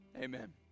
Amen